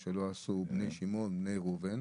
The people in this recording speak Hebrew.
מה שלא עשו בבני שמעון ולא בני ראובן?